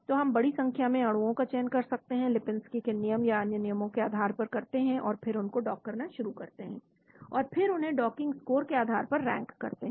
तो हम बड़ी संख्या में अणुओं का चयन कर सकते हैं लिपिंस्की के नियम या अन्य नियमों के आधार पर करते हैं और फिर उनको डॉक करना शुरू करते हैं और फिर उन्हें डॉकिंग स्कोर के आधार पर रैंक करते हैं